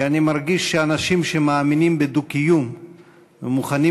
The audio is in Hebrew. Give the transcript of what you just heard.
כי אני מרגיש שאנשים שמאמינים בדו-קיום ומוכנים